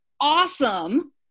awesome